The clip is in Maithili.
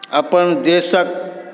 अपन देशक